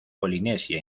polinesia